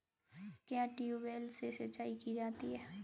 क्या ट्यूबवेल से सिंचाई की जाती है?